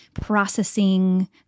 processing